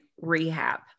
rehab